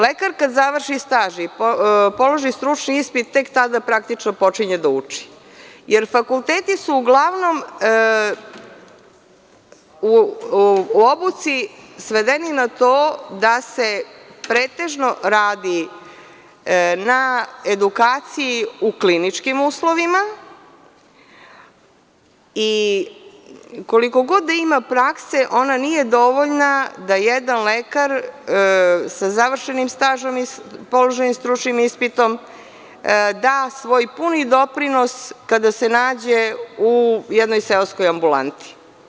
Lekarka navrši staž i položi struni ispit, tek tada praktično počinje da uči, jer fakulteti su uglavnom u obuci svedeni na to da se pretežno radi na edukaciji u kliničkim uslovima i koliko god da ima prakse ona nije dovoljna da jedan lekar sa navršenim stažom i položenim stručnim ispitom da svoj puni doprinos kada se nađe u jednoj seoskoj ambulanti.